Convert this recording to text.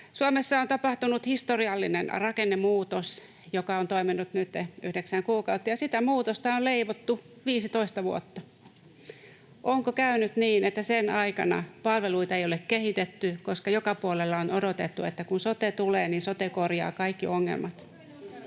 Suomessa on tapahtunut historiallinen rakennemuutos, joka on toiminut nytten yhdeksän kuukautta, ja sitä muutosta on leivottu 15 vuotta. Onko käynyt niin, että sen aikana palveluita ei ole kehitetty, koska joka puolella on odotettu, että kun sote tulee, niin sote korjaa kaikki ongelmat?